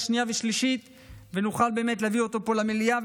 שנייה ושלישית ונוכל באמת להביא אותו פה למליאה,